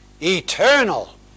Eternal